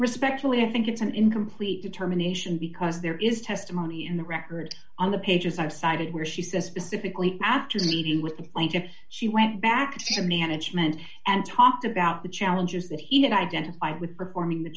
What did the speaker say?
respectfully i think it's an incomplete determination because there is testimony in the record on the pages i've cited where she says specifically after leaving with the plaintiff she went back to management and talked about the challenges that he had identified with performing the